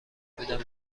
بودم